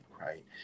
Right